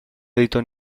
editó